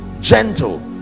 gentle